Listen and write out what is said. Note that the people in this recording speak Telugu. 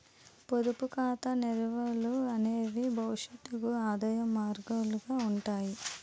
పొదుపు ఖాతా నిల్వలు అనేవి భవిష్యత్తుకు ఆదాయ మార్గాలుగా ఉంటాయి